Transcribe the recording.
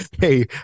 Hey